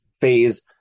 phase